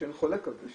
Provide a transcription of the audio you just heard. אין חולק על זה,